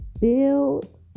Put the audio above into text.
build